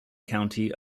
county